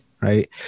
right